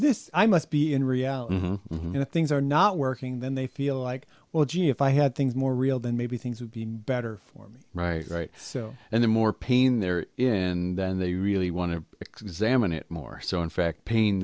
this i must be in reality you know things are not working then they feel like well gee if i had things more real than maybe things would be better for me right right so and the more pain they're in then they really want to examine it more so in fact pain